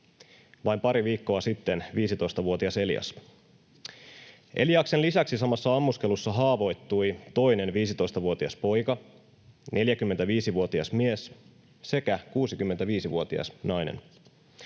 vain pari viikkoa sitten 15-vuotias Elias. Eliaksen lisäksi samassa ammuskelussa haavoittui toinen 15-vuotias poika, 45-vuotias mies sekä 65-vuotias nainen.